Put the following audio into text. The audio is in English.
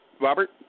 Robert